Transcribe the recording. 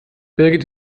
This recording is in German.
birgit